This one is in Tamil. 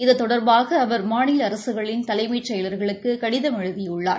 இது தொடர்பாக அவர் மாநில அரசுகளின் தலைமைச் செயல்களுக்கு கடிதம் எழுதியுள்ளார்